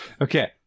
okay